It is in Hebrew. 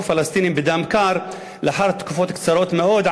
פלסטינים בדם קר לאחר תקופות קצרות מאוד,